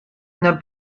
una